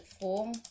form